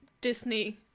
Disney